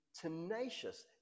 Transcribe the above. tenacious